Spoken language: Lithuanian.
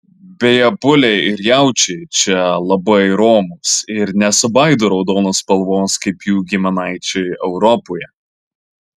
beje buliai ir jaučiai čia labai romūs ir nesibaido raudonos spalvos kaip jų giminaičiai europoje